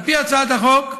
על פי הצעת החוק,